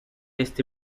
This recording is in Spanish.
este